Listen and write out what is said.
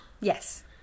Yes